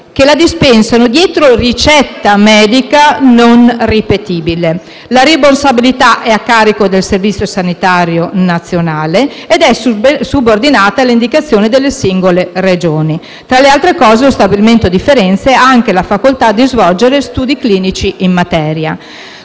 che la dispensano dietro ricetta medica non ripetibile, la rimborsabilità è a carico del Servizio sanitario nazionale ed è subordinata alle indicazioni delle singole Regioni. Tra le altre cose, lo stabilimento di Firenze ha anche la facoltà di svolgere studi clinici in materia.